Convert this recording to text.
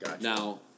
Now